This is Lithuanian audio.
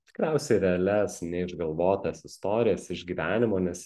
tikriausiai realias neišgalvotas istorijas iš gyvenimo nes